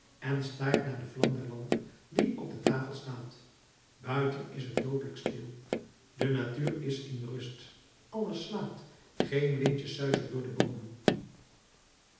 en staart naar de vlam der lamp die op de tafel staat buiten is het doodelijk stil de natuur is in de rust alles slaapt geen windje suizelt door de boomen